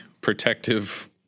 Protective